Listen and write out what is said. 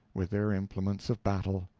with their implements of battle.